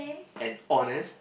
and honest